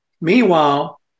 Meanwhile